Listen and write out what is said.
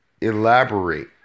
elaborate